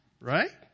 right